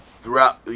throughout